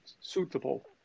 suitable